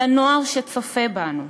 לנוער שצופה בנו,